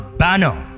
banner